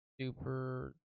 super